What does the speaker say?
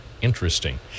interesting